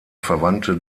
verwandte